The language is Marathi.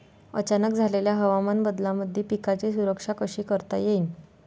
अचानक झालेल्या हवामान बदलामंदी पिकाची सुरक्षा कशी करता येईन?